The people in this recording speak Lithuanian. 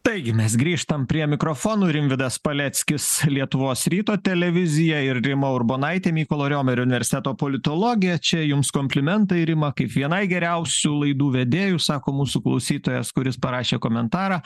taigi mes grįžtam prie mikrofonų rimvydas paleckis lietuvos ryto televizija ir rima urbonaitė mykolo romerio universiteto politologė čia jums komplimentai rima kaip vienai geriausių laidų vedėjų sako mūsų klausytojas kuris parašė komentarą